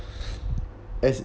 as